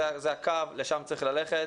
זה הקו, לשם צריך ללכת.